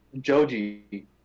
Joji